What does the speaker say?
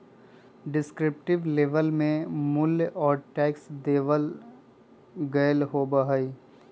descriptive label में मूल्य और टैक्स देवल गयल होबा हई